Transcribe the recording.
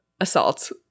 assault